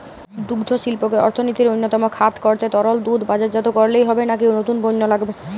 দুগ্ধশিল্পকে অর্থনীতির অন্যতম খাত করতে তরল দুধ বাজারজাত করলেই হবে নাকি নতুন পণ্য লাগবে?